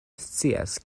scias